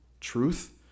truth